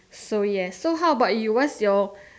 so yes so how about you what's your